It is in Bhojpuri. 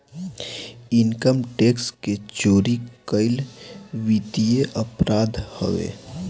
इनकम टैक्स के चोरी कईल वित्तीय अपराध हवे